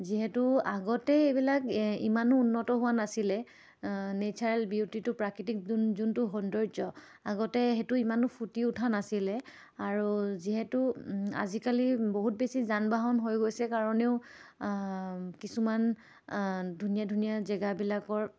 যিহেতু আগতে এইবিলাক এ ইমানো উন্নত হোৱা নাছিলে নেচাৰেল বিউটিটো প্ৰাকৃতিক যোন যোনটো সৌন্দৰ্য আগতে সেইটো ইমানো ফুটি উঠা নাছিলে আৰু যিহেতু আজিকালি বহুত বেছি যান বাহন হৈ গৈছে কাৰণেও কিছুমান ধুনীয়া ধুনীয়া জেগাবিলাকৰ